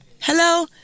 Hello